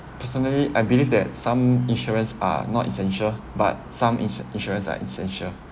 personally I believe that some insurance are not essential but some ins~ insurance are essential